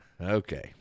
Okay